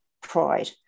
pride